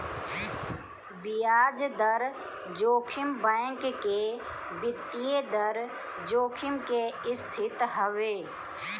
बियाज दर जोखिम बैंक के वित्तीय दर जोखिम के स्थिति हवे